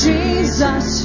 Jesus